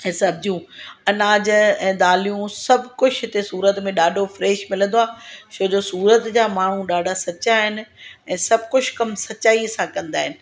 ऐं सब्जियूं अनाज ऐं दालियूं सभु कुझु हिते सूरत में ॾाढो फ्रेश मिलंदो आहे छोजो सूरत जा माण्हू ॾाढा सच्चा आहिनि ऐं सभु कुझु कम सच्चाईअ सां कंदा आहिनि